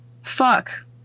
Fuck